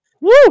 Woo